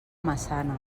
massana